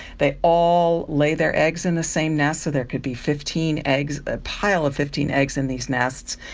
they all lay their eggs in the same nest, so there could be fifteen eggs, a pile of fifteen eggs in these nests.